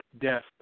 death